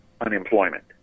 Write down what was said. unemployment